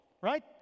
right